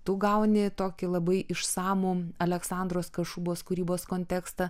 tu gauni tokį labai išsamų aleksandros kašubos kūrybos kontekstą